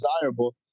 desirable